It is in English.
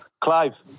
Clive